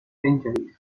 centuries